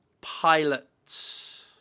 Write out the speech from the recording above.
pilots